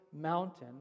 mountain